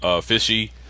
fishy